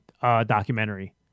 documentary